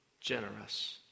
generous